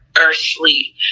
earthly